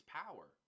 power